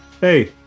hey